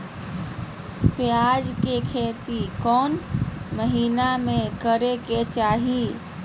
प्याज के खेती कौन महीना में करेके चाही?